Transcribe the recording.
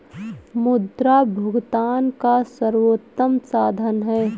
मुद्रा भुगतान का सर्वोत्तम साधन है